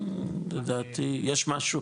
לדעתי יש משהו,